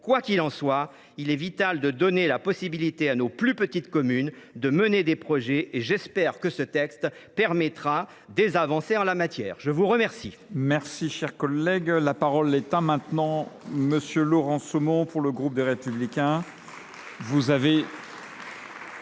Quoi qu’il en soit, il est vital de donner la possibilité à nos plus petites communes de mener des projets. J’espère donc que ce texte permettra des avancées en la matière. La parole